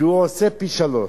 כי הוא עושה פי-שלושה.